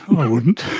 i wouldn't.